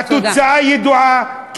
התוצאה ידועה.